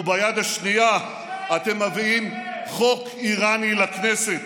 וביד השנייה אתם מביאים חוק איראני לכנסת,